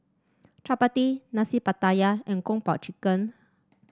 chappati Nasi Pattaya and Kung Po Chicken